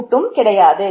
ரூட்டே கிடையாது